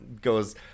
goes